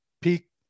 peak